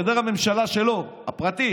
חדר הממשלה הפרטי